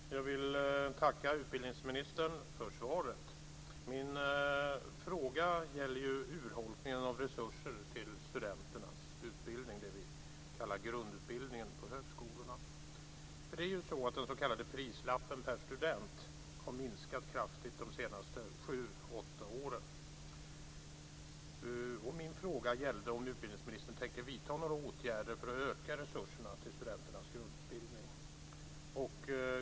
Fru talman! Jag vill tacka utbildningsministern för svaret. Min fråga gäller ju urholkningen av resurser till studenternas utbildning - det som vi kallar grundutbildningen - på högskolorna. Beloppet på den s.k. prislappen per student har minskat kraftigt under de senaste sju åtta åren. Min fråga gällde om utbildningsministern tänker vidta några åtgärder för att öka resurserna till studenternas grundutbildning.